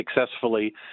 successfully